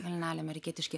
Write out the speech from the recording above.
kalneliai amerikietiški